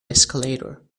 escalator